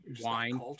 wine